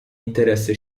interesse